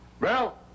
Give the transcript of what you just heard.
Bell